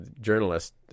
journalist